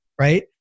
right